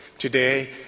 Today